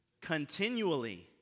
Continually